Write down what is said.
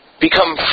become